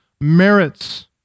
merits